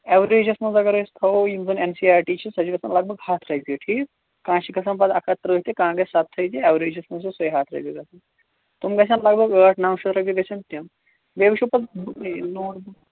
ایوریجس منٛز اگر أسۍ تھاوو یِم زَن این سی آر ٹی چھِ سۄ چھِ گَژھان لگ بگ ہَتھ رۄپیہِ ٹھیٖک کانہہ چھِ گَژھان پَتہٕ اَکھ ہَتھ ترٕٛہ تہِ کانہہ گَژھ سَتَتھے تہِ ایوریجس منٛز چھِ سُے ہَتھ رۄپیہِ گَژھان تُم گَژھن لگ بگ ٲٹھ نَو شیٚتھ رۄپیہِ گَژھن تِم بیٚیہِ وٕچھو پَتہٕ نوٹ بُک